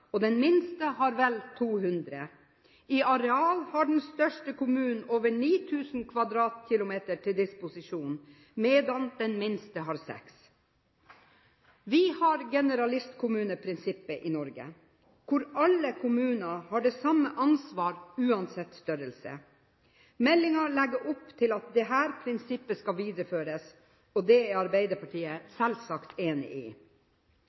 og den minste har vel 200. I areal har den største kommunen over 9000 kvadratkilometer til disposisjon, medan den minste har seks.» Vi har generalistkommuneprinsippet i Norge, hvor alle kommuner har det samme ansvar uansett størrelse. Meldingen legger opp til at dette prinsippet skal videreføres, og det er Arbeiderpartiet selvsagt enig i.